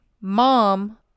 mom